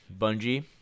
Bungie